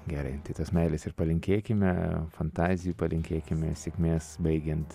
gerai tai tos meilės ir palinkėkime fantazijų palinkėkime sėkmės baigiant